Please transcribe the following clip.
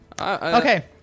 Okay